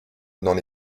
n’en